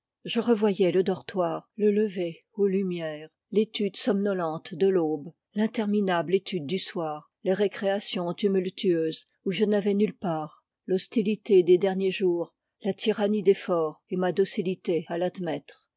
je revoyais le dortoir le lever aux lumières l'étude somnolente de l'aube l'interminable étude du soir les récréàtions tumultueuses où je n'avais nulle part l'hostilité des derniers jours la tyrannie des forts et ma docilité à l'admettre